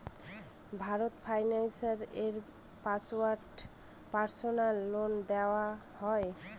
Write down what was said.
Bharat finance এ personal loan দেওয়া হয়?